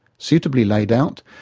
suitably laid out,